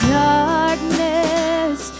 darkness